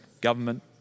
government